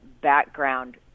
background